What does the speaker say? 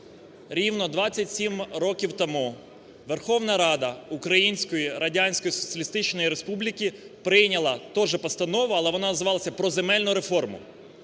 рівно 27 років тому Верховна Рада Української Радянської Соціалістичної Республіки прийняла теж постанову, але вона називалася "Про земельну реформу".